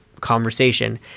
conversation